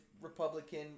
Republican